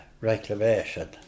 reclamation